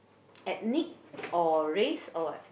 at league or race or what